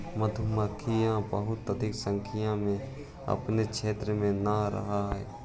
मधुमक्खियां बहुत अधिक संख्या में अपने क्षेत्र में न रहअ हई